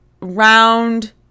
round